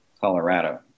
Colorado